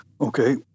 Okay